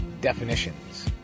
definitions